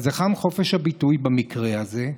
אז היכן חופש הביטוי במקרה הזה?